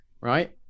right